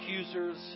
accusers